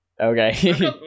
Okay